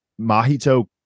mahito